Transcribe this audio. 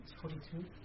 forty-two